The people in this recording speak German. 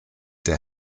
der